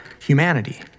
humanity